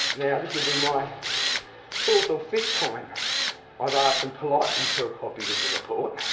now this will be my fourth or fifth time i've asked them politely for a copy of the report.